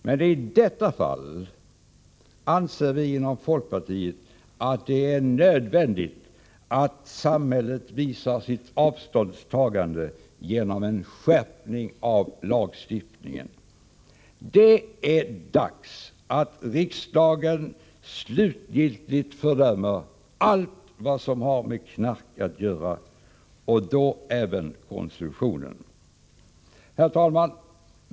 Men i detta fall anser vi inom folkpartiet att det är nödvändigt att samhället visar sitt avståndstagande genom en skärpning av lagstiftningen. Det är dags att riksdagen slutgiltigt fördömer allt vad som har med knark att göra, och då även konsumtionen. Herr talman!